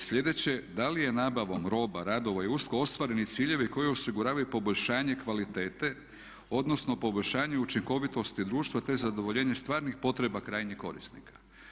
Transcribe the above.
I sljedeće da li je nabavom roba, radova i usluga ostvareni ciljevi koji osiguravaju poboljšanje kvalitete, odnosno poboljšanju učinkovitosti društva te zadovoljenje stvarnih potreba krajnih korisnika.